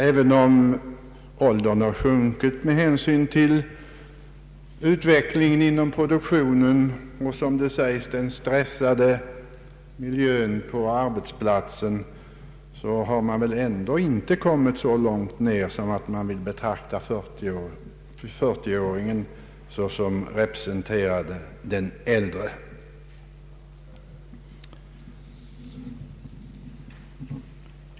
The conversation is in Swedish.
även om vi har kommit längre ned i åldrarna med hänsyn till utvecklingen inom produktionen och som det sägs den stressande miljön på arbetsplatserna har vi väl ändå inte kommit så långt, att vi vill betrakta 40-åringen såsom representerande den äldre arbetskraften.